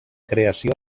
creació